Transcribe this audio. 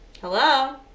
hello